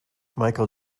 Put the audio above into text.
michael